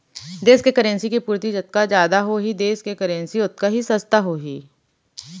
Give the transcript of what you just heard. देस के करेंसी के पूरति जतका जादा होही ओ देस के करेंसी ओतका ही सस्ता होही